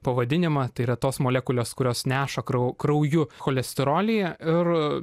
pavadinimą tai yra tos molekulės kurios neša krau krauju cholesterolį ir